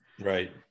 Right